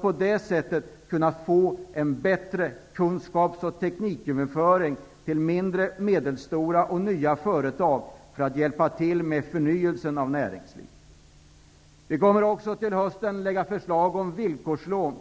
På det sättet kan man åstadkomma en bättre kunskaps och tekniköverföring till mindre, medelstora och nya företag, som kan bidra till en förnyelse av näringslivet. Till hösten kommer vi att lägga fram förslag om villkorslån.